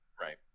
Right